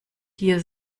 hier